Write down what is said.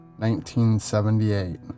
1978